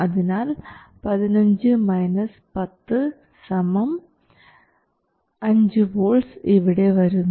അതിനാൽ 5 വോൾട്ട്സ് ഇവിടെ വരുന്നു